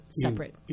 separate